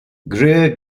greer